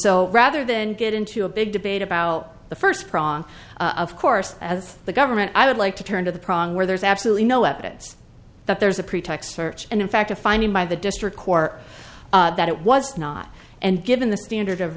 so rather than get into a big debate about the first prong of course as the government i would like to turn to the problem where there's absolutely no evidence that there's a pretext search and in fact a finding by the district court that it was not and given the standard of